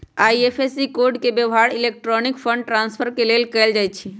IFSC code के व्यव्हार electronic fund transfer के लेल कएल जाइ छइ